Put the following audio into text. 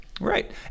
Right